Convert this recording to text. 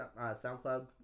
SoundCloud